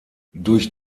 durch